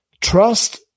Trust